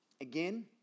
Again